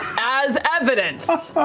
as evidence,